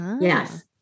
Yes